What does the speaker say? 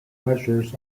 measures